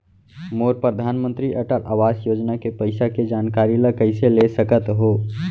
मोर परधानमंतरी अटल आवास योजना के पइसा के जानकारी ल कइसे ले सकत हो?